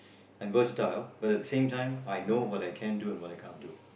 and versatile but at the same time I know what I can do and what I can't do